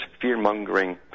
fear-mongering